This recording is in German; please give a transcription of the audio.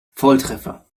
volltreffer